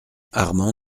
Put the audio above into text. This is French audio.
armand